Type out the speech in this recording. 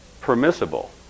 permissible